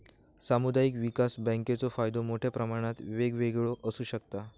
सामुदायिक विकास बँकेचो फायदो मोठ्या प्रमाणात वेगवेगळो आसू शकता